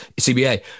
CBA